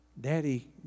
Daddy